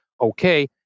okay